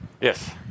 Yes